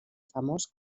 famós